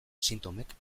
sintomek